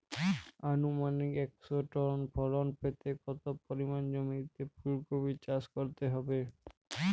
আনুমানিক একশো টন ফলন পেতে কত পরিমাণ জমিতে ফুলকপির চাষ করতে হবে?